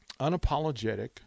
unapologetic